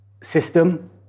system